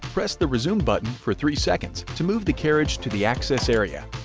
press the resume button for three seconds to move the carriage to the access area.